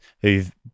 who've